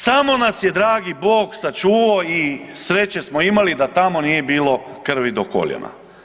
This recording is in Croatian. Samo nas je dragi Bog sačuvao i sreće smo imali da tamo nije bilo krvi do koljena.